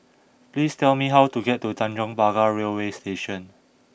please tell me how to get to Tanjong Pagar Railway Station